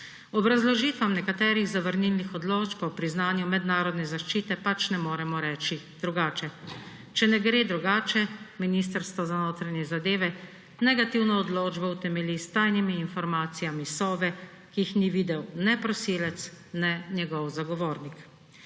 Obrazložitvam nekaterih zavrnilnih odločb o priznanju mednarodne zaščite pač ne moremo reči drugače. Če ne gre drugače, Ministrstvo za notranje zadeve negativno odločbo utemelji s tajnimi informacijami Sove, ki jih ni videl ne prosilec ne njegov zagovornik.